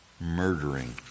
Murdering